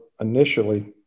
initially